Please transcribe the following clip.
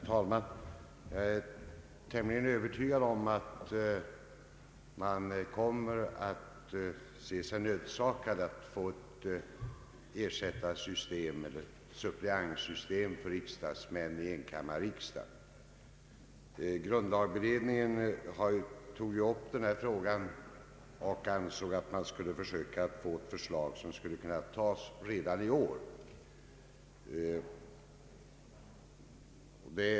Herr talman! Jag är ganska övertygad om att det kommer att bli nödvändigt med ett ersättareller suppleantsystem för riksdagsmän i enkammarriksdagen. Grundlagberedningen tog upp denna fråga och ansåg att man skulle försöka åstadkomma ett förslag som kunde tas redan i år.